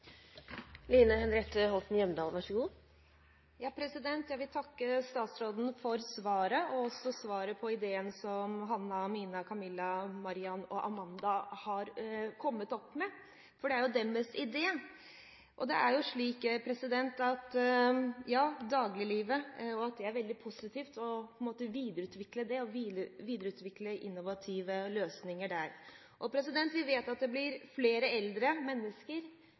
Jeg vil takke statsråden for svaret og også takke for ideen som Hanna, Mina, Camilla, Maryama og Amanda har kommet opp med, for det er jo deres idé, og det er jo veldig positivt å videreutvikle innovative løsninger for dagliglivet. Vi vet at det blir flere eldre mennesker, fordi vi lever lenger. Det er bra, men vi vet også at det dessverre er flere som opplever ensomhet. Det finnes ulike undersøkelser, men jeg har sett at